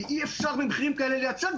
כי אי אפשר במחירים כאלה לייצר.